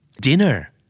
Dinner